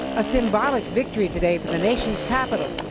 a symbolic victory today for the nation's capital.